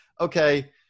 okay